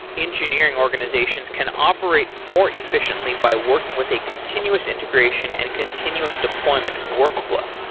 engineering organizations can operate more efficiently by working with a continuous integration and continuous deployment workflow.